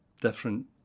different